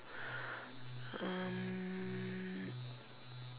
um